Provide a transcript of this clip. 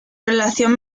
relación